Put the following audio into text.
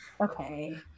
Okay